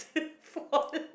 fall